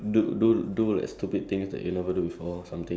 ya for me lah ya that's